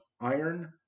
iron